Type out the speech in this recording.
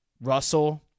Russell